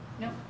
No